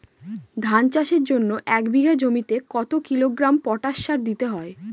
ধান চাষের জন্য এক বিঘা জমিতে কতো কিলোগ্রাম পটাশ সার দিতে হয়?